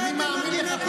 אני מאמין לך,